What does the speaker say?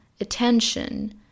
attention